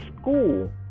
school